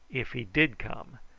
if he did come,